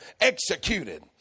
executed